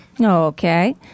Okay